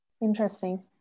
Interesting